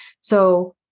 So-